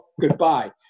Goodbye